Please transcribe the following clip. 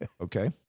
Okay